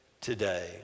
today